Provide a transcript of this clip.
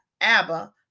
Abba